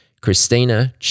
Christina